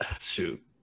Shoot